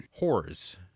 Whores